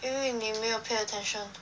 因为你没有 pay attention